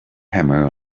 hammer